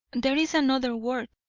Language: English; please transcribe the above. there is another word,